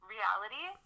Reality